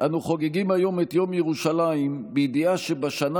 אנו חוגגים היום את יום ירושלים בידיעה שבשנה